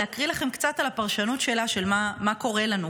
להקריא לכם קצת על הפרשנות שלה של מה קורה לנו: